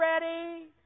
ready